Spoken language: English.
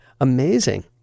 amazing